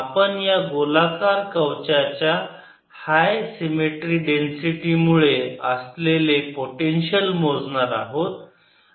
आपण या गोलाकार कवचाच्या हाय सिमेट्री डेन्सिटी मुळे असलेले पोटेन्शियल मोजणार आहोत